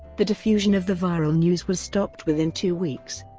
the diffusion of the viral news was stopped within two weeks.